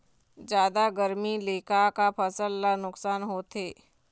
जादा गरमी ले का का फसल ला नुकसान होथे?